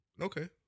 Okay